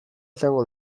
izango